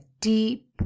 deep